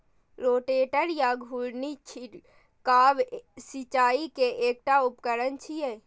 rotator या घुर्णी छिड़काव सिंचाइ के एकटा उपकरण छियै